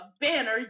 banner